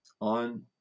on